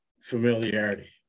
familiarity